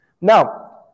Now